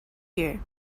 here